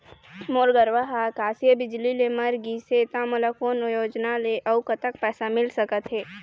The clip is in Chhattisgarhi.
मोर गरवा हा आकसीय बिजली ले मर गिस हे था मोला कोन योजना ले अऊ कतक पैसा मिल सका थे?